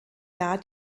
jahr